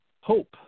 hope